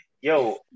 Yo